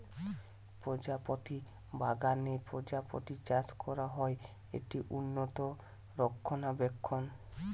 প্রজাপতি বাগানে প্রজাপতি চাষ করা হয়, এটি উন্নত রক্ষণাবেক্ষণ